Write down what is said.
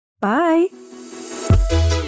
Bye